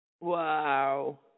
Wow